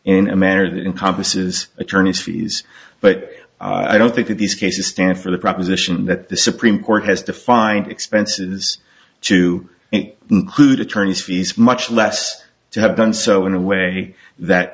in a manner that encompasses attorneys fees but i don't think that these cases stand for the proposition that the supreme court has defined expenses to attorneys fees much less to have done so in a way that